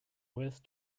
worth